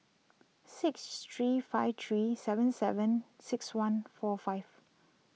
six three five three seven seven six one four five